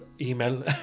email